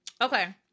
okay